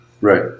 Right